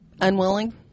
Unwilling